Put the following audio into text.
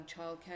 childcare